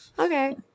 Okay